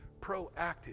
proactive